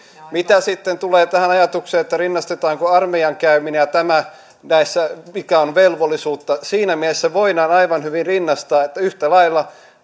mitä sitten tulee tähän ajatukseen että rinnastetaanko armeijan käyminen ja tämä siinä mikä on velvollisuutta siinä mielessä voidaan aivan hyvin rinnastaa että yhtä lailla